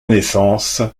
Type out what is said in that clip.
naissance